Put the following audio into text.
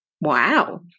wow